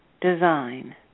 design